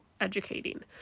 educating